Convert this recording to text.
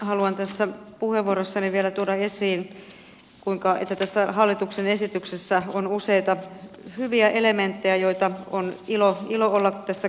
haluan tässä puheenvuorossani vielä tuoda esiin että tässä hallituksen esityksessä on useita hyviä elementtejä joita on ilo olla tässä kannattamassa